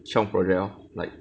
chiong project lor like